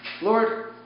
Lord